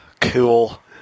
Cool